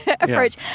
approach